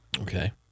Okay